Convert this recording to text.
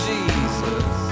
Jesus